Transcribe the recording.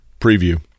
preview